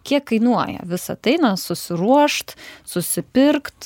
kiek kainuoja visa tai na susiruošt susipirkt